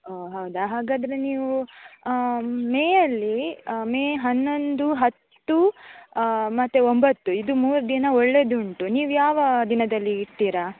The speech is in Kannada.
ಓಹ್ ಹೌದಾ ಹಾಗಾದರೆ ನೀವು ಮೇಯಲ್ಲಿ ಮೇ ಹನ್ನೊಂದು ಹತ್ತು ಮತ್ತೆ ಒಂಬತ್ತು ಇದು ಮೂರು ಮೂರು ದಿನ ಒಳ್ಳೆಯದುಂಟು ನೀವು ಯಾವ ದಿನದಲ್ಲಿ ಇಡ್ತೀರ